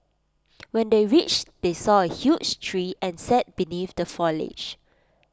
when they reached they saw A huge tree and sat beneath the foliage